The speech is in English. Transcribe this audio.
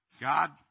God